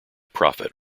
profit